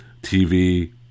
TV